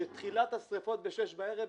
שתחילת השריפות ב-18:00 בערב,